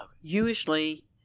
usually